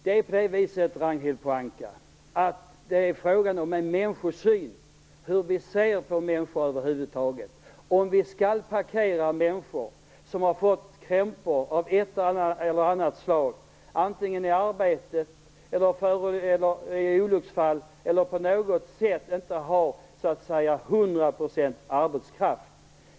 Herr talman! Det är på det viset, Ragnhild Pohanka, att det är fråga om hur vi ser på människor över huvud taget, om människor som har fått krämpor av ett eller annat slag, antingen i arbetet eller genom olycksfall, och därför inte har hundra procent arbetsförmåga, skall "parkeras"s i olika trygghetssystem.